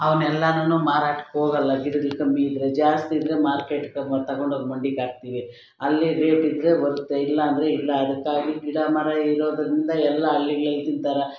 ಅವನ್ನೆಲ್ಲಾನು ಮಾರಾಟಕ್ಕೆ ಹೋಗಲ್ಲ ಗಿಡಗಳು ಕಮ್ಮಿ ಇದ್ದರೆ ಜಾಸ್ತಿ ಇದ್ದರೆ ಮಾರ್ಕೆಟ್ಗೆ ತಗೊಂಡೋಗಿ ಮಂಡಿಗಾಗ್ತೀವಿ ಅಲ್ಲಿ ರೇಟ್ ಇದ್ದರೆ ಬರುತ್ತೆ ಇಲ್ಲ ಅಂದರೆ ಇಲ್ಲ ಅದಕ್ಕಾಗಿ ಗಿಡ ಮರ ಇರೋದ್ರಿಂದ ಎಲ್ಲ ಹಳ್ಳಿಗ್ಳಲ್ಲಿ ತಿಂತಾರೆ